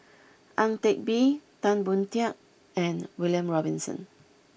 Ang Teck Bee Tan Boon Teik and William Robinson